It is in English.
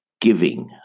giving